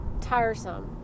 tiresome